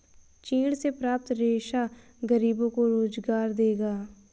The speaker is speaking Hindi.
चीड़ से प्राप्त रेशा गरीबों को रोजगार देगा